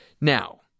Now